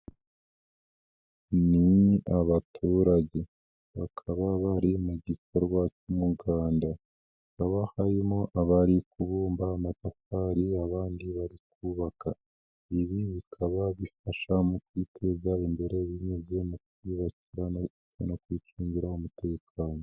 Ni abaturage bakaba bari mu gikorwa cy'umuganda, hakaba harimo abari kubumba amatafari abandi bari kubaka, ibi bikaba bifasha mu kwiteza imbere binyuze mu kubana ndetse no kwicungira umutekano.